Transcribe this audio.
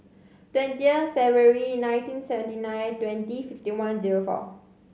twentieh February nineteen seventy nine twenty fifty one zero four